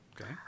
Okay